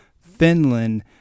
Finland